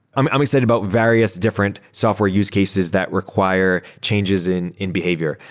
i'm um excited about various different software use cases that require changes in in behavior.